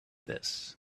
this